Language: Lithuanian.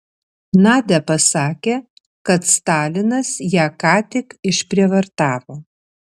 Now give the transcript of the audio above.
nadia pasakė kad stalinas ją ką tik išprievartavo